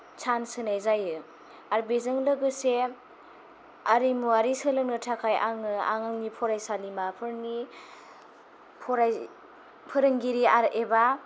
chance होनाय जायो आरो बेजों लोगोसे आरिमुआरि सोलोंनो थाखाय आङो आं आंनि फरायसालिमाफोरनि फराय फोरोंगिरि आरो एबा